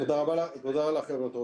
תודה רבה לכם ויום טוב.